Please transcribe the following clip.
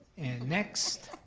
next,